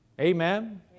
Amen